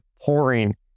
pouring